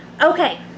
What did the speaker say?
Okay